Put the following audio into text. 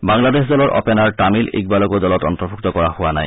বাংলাদেশ দলৰ অপেনাৰ তামিল ইকবালকো দলত অন্তৰ্ভুক্ত কৰা হোৱা নাই